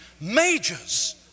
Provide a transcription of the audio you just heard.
majors